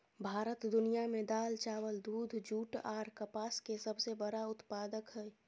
भारत दुनिया में दाल, चावल, दूध, जूट आर कपास के सबसे बड़ा उत्पादक हय